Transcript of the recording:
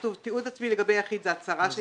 כתוב ש"תיעוד עצמי לגבי יחיד זה הצהרה של